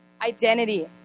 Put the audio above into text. Identity